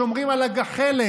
שומרים על הגחלת.